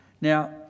Now